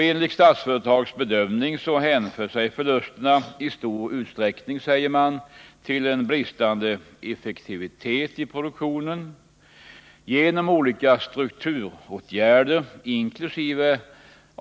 Enligt Statsföretags bedömning hänför sig förlusterna i stor utsträckning till bristande effektivitet i produktionen. Genom olika strukturåtgärder, inkl.